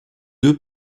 deux